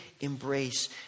embrace